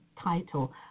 title